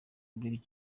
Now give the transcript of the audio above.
brig